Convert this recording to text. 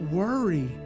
worry